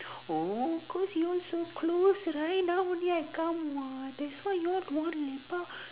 oh cause you all so close right now only I come what that's why you all don't want to lepak